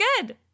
good